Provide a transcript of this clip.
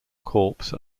corpse